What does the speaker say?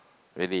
really